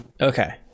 Okay